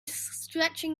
stretching